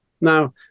Now